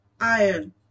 iron